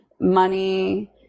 money